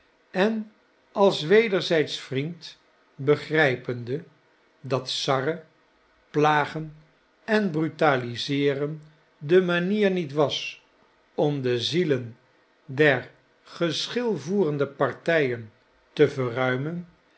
en als wederzijdsch vriend begrijpende dat sarren plagen en brutaliseeren de manier niet was om de zielen der geschilvoerende partijen te verruimen